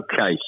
Okay